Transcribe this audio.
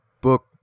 book